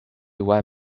one